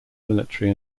military